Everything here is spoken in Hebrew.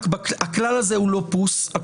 הכלל הזה הוא לא פוס משחק,